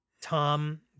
tom